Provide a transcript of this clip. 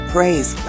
Praise